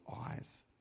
eyes